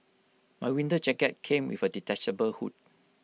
my winter jacket came with A detachable hood